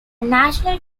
national